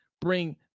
bring